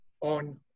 on